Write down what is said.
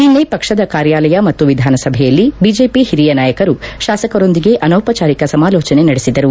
ನಿನ್ನೆ ಪಕ್ಷದ ಕಾರ್ಯಾಲಯ ಮತ್ತು ವಿಧಾನಸಭೆಯಲ್ಲಿ ಬಿಜೆಪಿ ಹಿರಿಯ ನಾಯಕರು ಶಾಸಕರೊಂದಿಗೆ ಅನೌಪಚಾರಿಕ ಸಮಾಲೋಚನೆ ನಡೆಸಿದರು